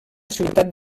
ciutat